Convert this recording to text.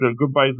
Goodbye